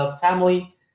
family